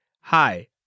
Hi